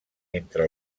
entre